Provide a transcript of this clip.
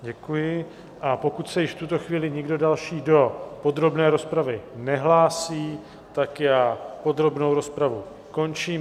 Děkuji, a pokud se už v tuto chvíli nikdo další do podrobné rozpravy nehlásí, tak podrobnou rozpravu končím.